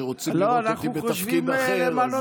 שרוצים אותי בתפקיד אחר.